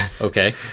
Okay